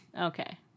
Okay